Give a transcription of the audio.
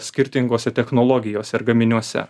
skirtingose technologijose ir gaminiuose